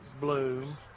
bloom